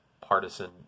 partisan